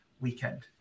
weekend